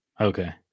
Okay